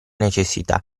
necessità